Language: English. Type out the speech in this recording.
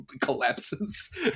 collapses